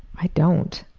i don't.